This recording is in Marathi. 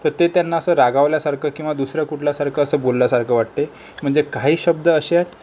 तर ते त्यांना असं रागावल्यासारखं किंवा दुसऱ्या कुठल्यासारखं असं बोलल्यासारखं वाटते म्हणजे काही शब्द असे आहेत